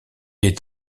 est